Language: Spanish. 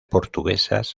portuguesas